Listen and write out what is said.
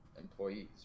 employees